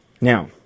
now